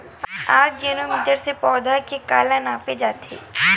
आकजेनो मीटर से पौधा के काला नापे जाथे?